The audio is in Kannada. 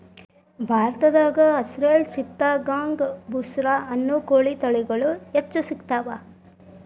ಭಾರತದಾಗ ಅಸೇಲ್ ಚಿತ್ತಗಾಂಗ್ ಬುಸ್ರಾ ಅನ್ನೋ ಕೋಳಿ ತಳಿಗಳು ಹೆಚ್ಚ್ ಸಿಗತಾವ